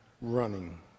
running